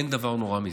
אין דבר נורא מזה.